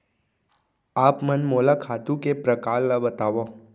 आप मन मोला खातू के प्रकार ल बतावव?